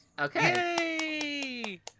Okay